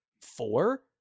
four